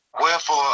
Wherefore